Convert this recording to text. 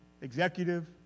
Executive